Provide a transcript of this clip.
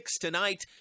tonight